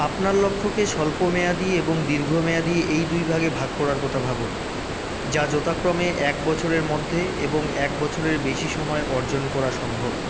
আপনার লক্ষ্যকে স্বল্পমেয়াদী এবং দীর্ঘমেয়াদী এই দুই ভাগে ভাগ করার কথা ভাবুন যা যথাক্রমে এক বছরের মধ্যে এবং এক বছরের বেশি সময় অর্জন করা সম্ভব